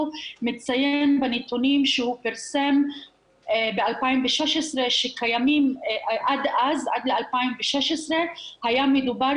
מציין בנתונים שהוא פרסם ב-2016 שעד ל-2016 היה מדובר